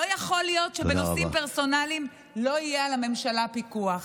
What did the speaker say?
לא יכול להיות שבנושאים פרסונליים לא יהיה על הממשלה פיקוח.